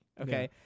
Okay